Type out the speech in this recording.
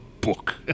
book